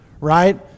right